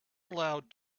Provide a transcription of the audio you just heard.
allowed